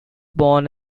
born